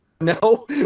No